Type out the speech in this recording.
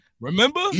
remember